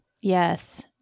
Yes